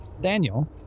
Daniel